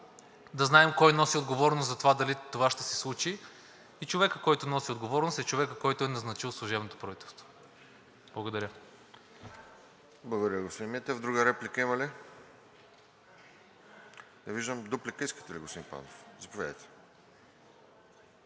да знаем кой носи отговорност за това дали това ще случи. Човекът, който носи отговорност, е човекът, който е назначил служебното правителство. Благодаря. ПРЕДСЕДАТЕЛ РОСЕН ЖЕЛЯЗКОВ: Благодаря, господин Митев. Друга реплика има ли? Не виждам. Дуплика искате ли, господин Пандов? Заповядайте.